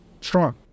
strong